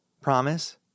Promise